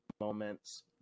moments